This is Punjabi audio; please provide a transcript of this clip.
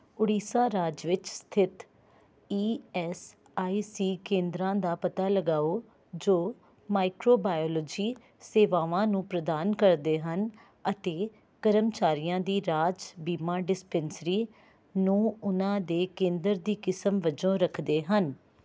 ਉੜੀਸਾ ਰਾਜ ਵਿੱਚ ਸਥਿਤ ਈ ਐਸ ਆਈ ਸੀ ਕੇਂਦਰਾਂ ਦਾ ਪਤਾ ਲਗਾਓ ਜੋ ਮਾਈਕਰੋਬਾਇਓਲੋਜੀ ਸੇਵਾਵਾਂ ਨੂੰ ਪ੍ਰਦਾਨ ਕਰਦੇ ਹਨ ਅਤੇ ਕਰਮਚਾਰੀਆਂ ਦੀ ਰਾਜ ਬੀਮਾ ਡਿਸਪੈਂਸਰੀ ਨੂੰ ਉਹਨਾਂ ਦੇ ਕੇਂਦਰ ਦੀ ਕਿਸਮ ਵਜੋਂ ਰੱਖਦੇ ਹਨ